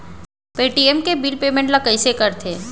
Paytm के bill payment ल कइसे करथे?